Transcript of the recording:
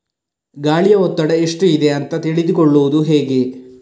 ಗಾಳಿಯ ಒತ್ತಡ ಎಷ್ಟು ಇದೆ ಅಂತ ತಿಳಿದುಕೊಳ್ಳುವುದು ಹೇಗೆ?